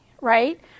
right